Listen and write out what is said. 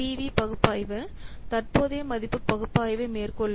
we பகுப்பாய்வு தற்போதைய மதிப்பு பகுப்பாய்வை மேற்கொள்ளும்